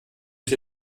ich